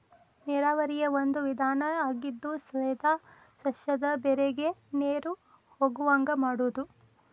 ನೇರಾವರಿಯ ಒಂದು ವಿಧಾನಾ ಆಗಿದ್ದು ಸೇದಾ ಸಸ್ಯದ ಬೇರಿಗೆ ನೇರು ಹೊಗುವಂಗ ಮಾಡುದು